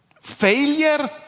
failure